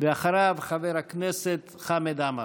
אחריו, חבר הכנסת חמד עמאר.